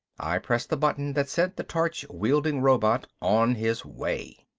i pressed the button that sent the torch-wielding robot on his way.